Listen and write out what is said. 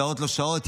שעות לא שעות,